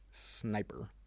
Sniper